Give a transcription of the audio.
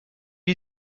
you